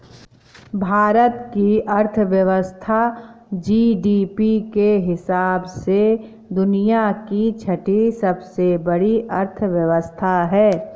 भारत की अर्थव्यवस्था जी.डी.पी के हिसाब से दुनिया की छठी सबसे बड़ी अर्थव्यवस्था है